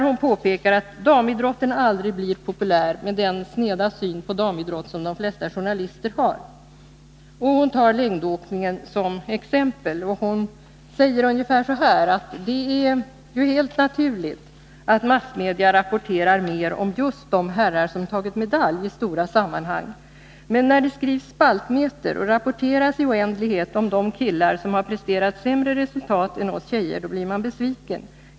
Hon påpekar där att damidrotten aldrig blir populär med den sneda syn på damidrott som de flesta journalister har. Hon tar längdåkningen som exempel och säger ungefär så här: Det är helt naturligt att massmedia rapporterar mer om just de herrar som tagit medalj i stora sammanhang. Men när det skrivs spaltmetrar och rapporteras i oändlighet om de killar som har presterat sämre resultat än vi tjejer blir man besviken.